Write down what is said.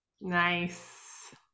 Nice